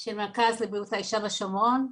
של מרכז לבריאות האישה בשומרון,